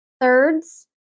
thirds